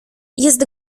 jest